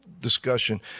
discussion